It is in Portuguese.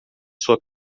sua